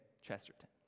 Chesterton